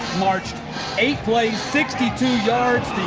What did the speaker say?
marched eight plays, sixty two yards,